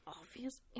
obvious